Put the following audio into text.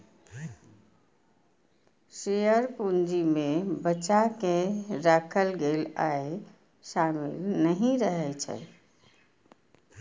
share पूंजी मे बचा कें राखल गेल आय शामिल नहि रहै छै